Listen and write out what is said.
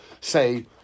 say